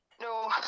No